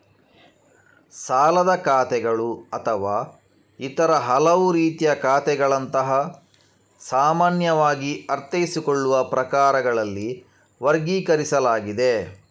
ಸಾಲದ ಖಾತೆಗಳು ಅಥವಾ ಇತರ ಹಲವು ರೀತಿಯ ಖಾತೆಗಳಂತಹ ಸಾಮಾನ್ಯವಾಗಿ ಅರ್ಥೈಸಿಕೊಳ್ಳುವ ಪ್ರಕಾರಗಳಲ್ಲಿ ವರ್ಗೀಕರಿಸಲಾಗಿದೆ